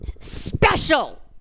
special